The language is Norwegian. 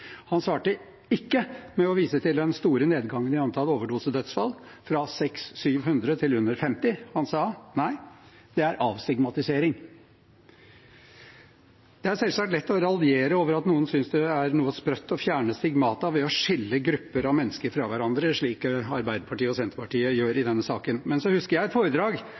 Han svarte ikke med å vise til den store nedgangen i antall overdosedødsfall, fra 600–700 til under 50, han sa: Det er avstigmatisering. Det er selvsagt lett å raljere over at noen synes det er noe sprøtt å fjerne stigmata ved å skille grupper av mennesker fra hverandre, slik Arbeiderpartiet og Senterpartiet gjør i denne saken. Men jeg husker et foredrag